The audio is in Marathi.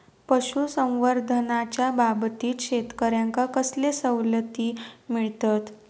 पशुसंवर्धनाच्याबाबतीत शेतकऱ्यांका कसले सवलती मिळतत?